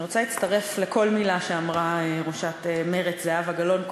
אני רוצה להצטרף לכל מילה שאמרה ראשת מרצ זהבה גלאון,